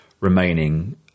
remaining